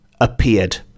appeared